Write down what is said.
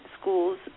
schools